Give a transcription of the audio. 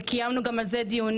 וקיימנו גם על זה דיונים.